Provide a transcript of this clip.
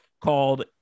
called